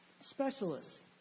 specialists